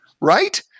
right